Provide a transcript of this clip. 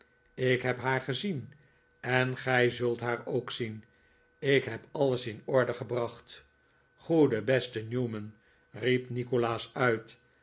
ik heb haar gezien en gij zult haar ook zien ik heb alles in orde gebracht goede beste newman riep nikolaas uit